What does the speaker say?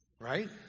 Right